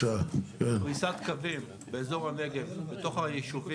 פריסת קווים באזור הנגב, בתוך היישובים,